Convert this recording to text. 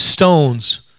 stones